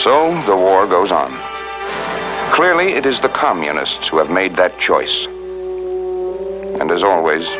so the war goes on clearly it is the communists who have made that choice and as always